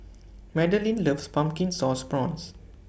Madalyn loves Pumpkin Sauce Prawns